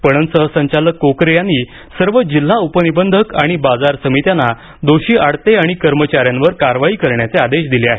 पणन सहसंचालक कोकरे यांनी सर्व जिल्हा उपनिबंधक आणि बाजार समित्यांना दोषी अडते आणि कर्मचाऱ्यांवर कारवाई करण्याचे आदेश दिले आहेत